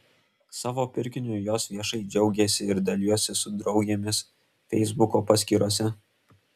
savo pirkiniu jos viešai džiaugėsi ir dalijosi su draugėmis feisbuko paskyrose